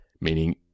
meaning